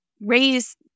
raise